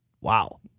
wow